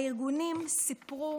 הארגונים סיפרו